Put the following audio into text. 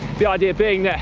the idea being that,